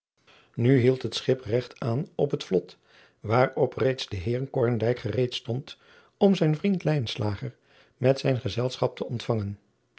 u hield het schip regt aan op het vlot waarop reeds de eer gereed stond om zijn vriend met zijn gezelschap te ontvangen